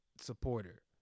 supporter